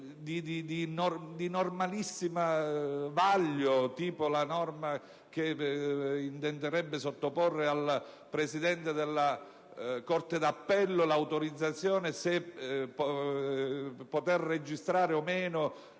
di normalissimo vaglio, come la norma che intenderebbe sottoporre al presidente della corte d'appello l'autorizzazione per registrare o no